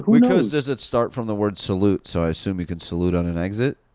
because does it start from the word salute, so i assume you can salute on an exit?